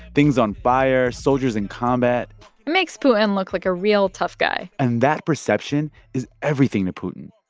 things on fire, soldiers in combat makes putin look like a real tough guy and that perception is everything to putin.